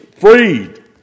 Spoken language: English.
freed